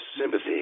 sympathy